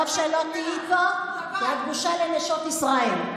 טוב שלא תהיי פה, כי את בושה לנשות ישראל.